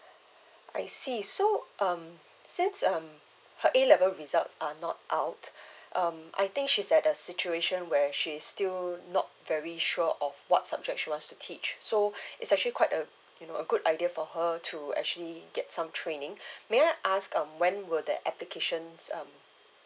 I see so um since um her A level results are not out um I think she's at a situation where she's still not very sure of what subject she wants to teach so it's actually quite a you know a good idea for her to actually get some training may I ask um when will that applications um